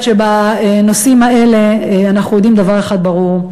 שבנושאים האלה אנחנו יודעים דבר אחד ברור: